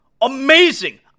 amazing